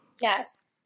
Yes